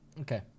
okay